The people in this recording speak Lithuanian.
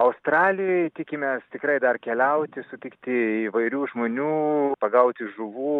australijoj tikimės tikrai dar keliauti sutikti įvairių žmonių pagauti žuvų